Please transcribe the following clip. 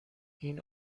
این